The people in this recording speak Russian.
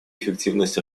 эффективность